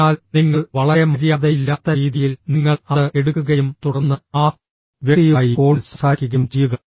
അതിനാൽ നിങ്ങൾ വളരെ മര്യാദയില്ലാത്ത രീതിയിൽ നിങ്ങൾ അത് എടുക്കുകയും തുടർന്ന് ആ വ്യക്തിയുമായി ഫോണിൽ സംസാരിക്കുകയും ചെയ്യുക